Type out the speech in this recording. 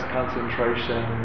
concentration